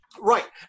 Right